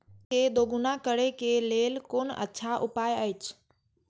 आय के दोगुणा करे के लेल कोन अच्छा उपाय अछि?